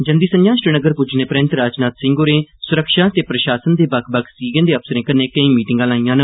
जंदी संझा श्रीनगर पुज्जने परैन्त राजनाथ सिंह होरें सुरक्षा ते प्रशासन दे बक्ख बक्ख सीगें दे अफसरें कन्नै केईं मीटिंगां लाईआं न